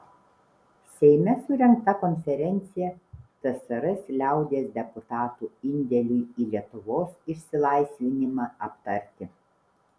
seime surengta konferencija tsrs liaudies deputatų indėliui į lietuvos išsilaisvinimą aptarti